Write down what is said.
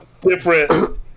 Different